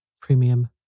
Premium